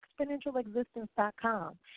ExponentialExistence.com